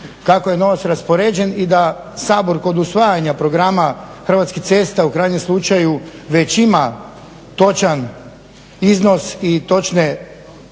kako je novac raspoređen i da Sabor kod usvajanja programa Hrvatskih cesta u krajnjem slučaju već ima točan iznos i točne